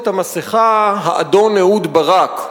את המסכה האדון אהוד ברק,